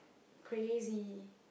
crazy